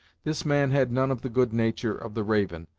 this man had none of the good nature of the raven,